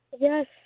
Yes